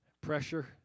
Pressure